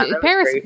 Paris